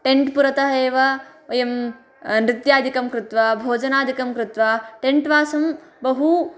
tent पुरतः एव वयं नृत्यादिकं कृत्वा भोजनादिकं कृत्वा टेण्ट् वासं बहु